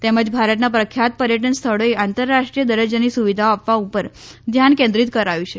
તેમજ ભારતના પ્રખ્યાત પર્યટન સ્થળોએ આંતરરાષ્ટ્રીય દરજજાની સુવિધાઓ આપવા ઉપર ધ્યાન કેન્દ્રિત કરાયું છે